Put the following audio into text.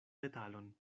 detalon